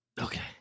Okay